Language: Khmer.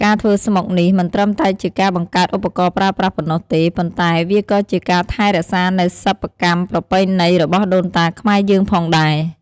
ការធ្វើស្មុកនេះមិនត្រឹមតែជាការបង្កើតឧបករណ៍ប្រើប្រាស់ប៉ុណ្ណោះទេ ប៉ុន្តែវាក៏ជាការថែរក្សានូវ សិប្បកម្មប្រពៃណី របស់ដូនតាខ្មែរយើងផងដែរ។